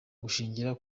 gushingira